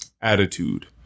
attitude